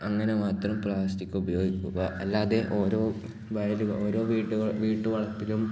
അങ്ങനെ മാത്രം പ്ലാസ്റ്റിക് ഉപയോഗിക്കുക അല്ലാതെ ഓരോ വയലും ഓരോ വീട്ടു വീട്ടുവളപ്പിലും